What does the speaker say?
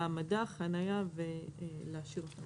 העמדה, חניה ולהשאיר אותו.